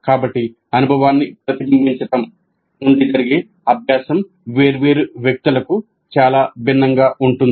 కాబట్టి అనుభవాన్ని ప్రతిబింబించడం నుండి జరిగే అభ్యాసం వేర్వేరు వ్యక్తులకు చాలా భిన్నంగా ఉంటుంది